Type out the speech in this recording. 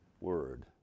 word